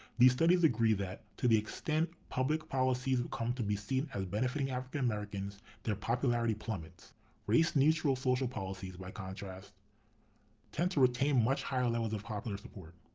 these studies agree that, to the extent public policies come to be seen as benefiting african americans, their popularity plummets race neutral social policies by contrast tend to retain much higher levels of popular support.